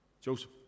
Joseph